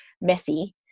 messy